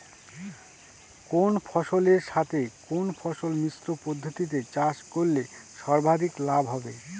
কোন ফসলের সাথে কোন ফসল মিশ্র পদ্ধতিতে চাষ করলে সর্বাধিক লাভ হবে?